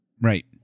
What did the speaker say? Right